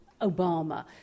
Obama